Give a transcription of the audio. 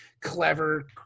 clever